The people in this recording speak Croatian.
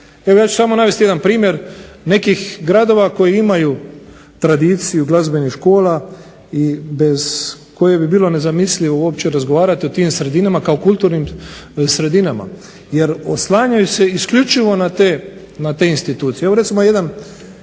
Evo ja ću navesti samo jedan primjer nekih gradova koji imaju tradiciju glazbenih škola i bez koje bi bilo nezamislivo razgovarati o tim sredinama kao kulturnim sredinama, jer oslanjaju se isključivo na te institucije.